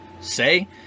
say